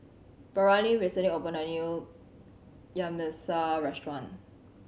Braylen recently opened a new Yamgyeopsal restaurant